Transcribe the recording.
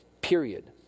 Period